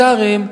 פרלמנטריים,